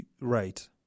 Right